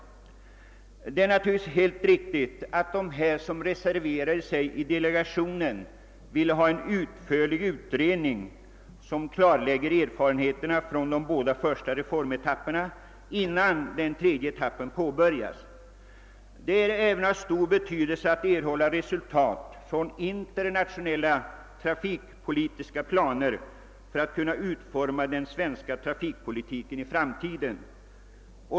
Det är också naturligt att de ledamöter av delegationen som reserverat sig vill ha till stånd en utförlig utredning som klarlägger erfarenheterna från de båda första etapperna, innan den tredje etappen påbörjas. Det är likaledes av stor betydelse att vi får ta del av internationella trafikpolitiska planer innan vi skall utforma den svenska trafikpolitiken i framtiden.